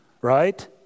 right